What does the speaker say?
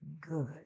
good